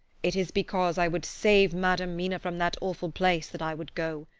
it is because i would save madam mina from that awful place that i would go.